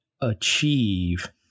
achieve